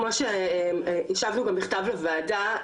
כמו שהשבנו גם בכתב לוועדה,